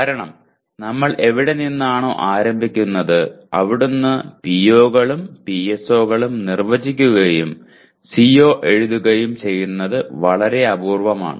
കാരണം നമ്മൾ എവിടെ നിന്നാണോ ആരംഭിക്കുന്നത് അവിടുന്ന് PO കളും PSO കളും നിർവചിക്കുകയും CO എഴുതുകയും ചെയ്യുന്നത് വളരെ അപൂർവമാണ്